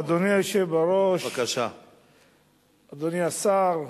אדוני היושב-ראש, אדוני השר,